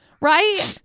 right